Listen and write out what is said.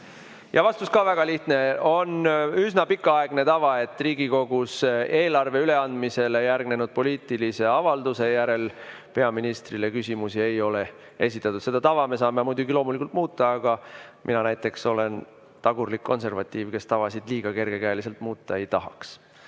Ja vastus ka väga lihtne. On üsna pikaaegne tava, et Riigikogus eelarve üleandmisele järgnenud poliitilise avalduse järel peaministrile küsimusi ei ole esitatud. Seda tava me saame loomulikult muuta, aga mina näiteks olen tagurlik konservatiiv, kes tavasid liiga kergekäeliselt muuta ei tahaks.